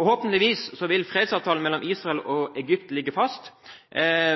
Forhåpentligvis vil fredsavtalen mellom Israel og Egypt ligge fast,